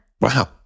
Wow